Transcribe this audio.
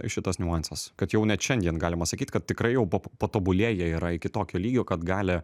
šitas niuansas kad jau net šiandien galima sakyt kad tikrai jau po patobulėja yra iki tokio lygio kad gali